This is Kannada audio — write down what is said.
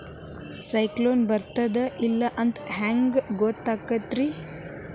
ಸೈಕ್ಲೋನ ಬರುತ್ತ ಇಲ್ಲೋ ಅಂತ ಹೆಂಗ್ ಗೊತ್ತಾಗುತ್ತ ರೇ?